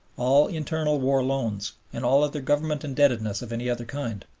all internal war loans, and all other government indebtedness of any other kind.